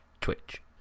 Twitch